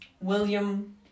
William